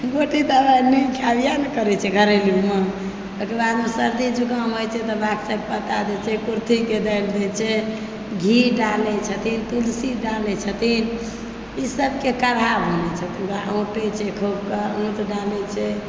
गोटी दवाइ नहि खाइयै ने करै छी घरेलुमे सर्दी जुकाम होइ छैह तऽ बाकसक पत्ता दै छै कुर्थीके दालि दै छै घी डालै छथिन तुलसी डालै छथिन ई सभके काढ़ा बनै छै पूरा ओ पियै छै खूबके डालै छै